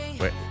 Wait